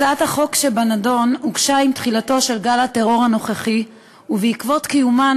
הצעת החוק שבנדון הוגשה עם תחילתו של גל הטרור הנוכחי ובעקבות קיומן